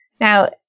Now